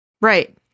Right